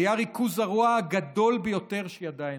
היה ריכוז הרוע הגדול ביותר שידעה האנושות,